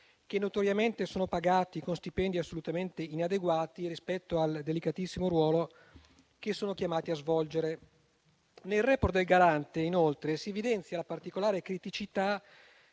che notoriamente sono pagati con stipendi assolutamente inadeguati rispetto al delicatissimo ruolo che sono chiamati a svolgere. Nel *report* del Garante, inoltre, si evidenzia la particolare criticità